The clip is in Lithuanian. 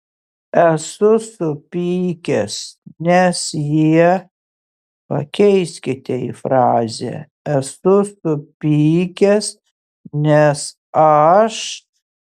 esu supykęs nes jie pakeiskite į frazę esu supykęs nes aš